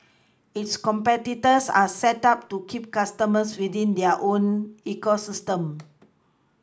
its competitors are set up to keep customers within their own ecosystems